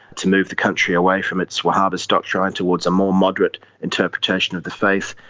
to move the country away from its wahhabist doctrine towards a more moderate interpretation of the face,